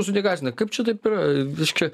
mūsų negasdina kaip čia taip yra reiškia